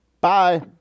Bye